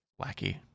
Wacky